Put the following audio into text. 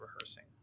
rehearsing